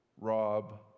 rob